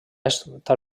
estar